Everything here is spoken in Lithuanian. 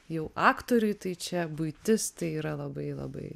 jau aktoriui tai čia buitis tai yra labai labai